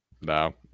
No